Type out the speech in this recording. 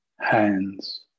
hands